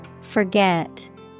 Forget